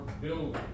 building